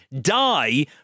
die